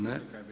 Ne.